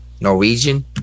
Norwegian